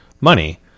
money